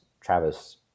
Travis